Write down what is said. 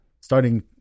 Starting